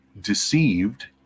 deceived